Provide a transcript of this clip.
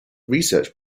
research